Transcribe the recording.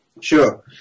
Sure